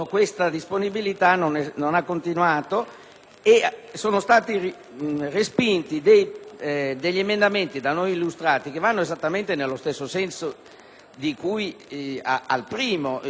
Sono stati respinti degli emendamenti, da noi illustrati, che vanno esattamente nello stesso senso del primo, cioè che responsabilizzano in modo più preciso